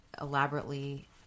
elaborately